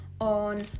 on